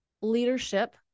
leadership